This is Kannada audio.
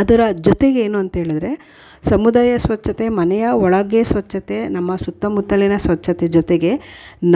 ಅದರ ಜೊತೆಗೆ ಏನು ಅಂತ್ಹೇಳಿದ್ರೆ ಸಮುದಾಯ ಸ್ವಚ್ಛತೆ ಮನೆಯ ಒಳಗೆ ಸ್ವಚ್ಛತೆ ನಮ್ಮ ಸುತ್ತಮುತ್ತಲಿನ ಸ್ವಚ್ಛತೆ ಜೊತೆಗೆ